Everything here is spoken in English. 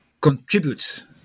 contributes